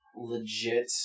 legit